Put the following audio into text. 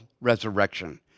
resurrection